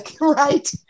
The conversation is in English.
Right